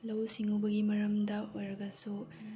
ꯂꯧꯎ ꯁꯤꯡꯎꯕꯒꯤ ꯃꯔꯝꯗ ꯑꯣꯏꯔꯒꯁꯨ